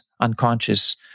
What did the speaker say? unconscious